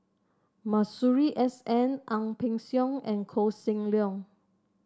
Masuri S N Ang Peng Siong and Koh Seng Leong